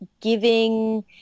giving